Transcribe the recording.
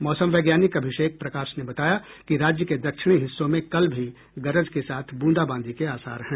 मौसम वैज्ञानिक अभिषेक प्रकाश ने बताया कि राज्य के दक्षिणी हिस्सों में कल भी गरज के साथ बूंदाबांदी के आसार हैं